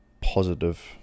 positive